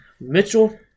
Mitchell